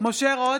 משה רוט,